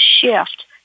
shift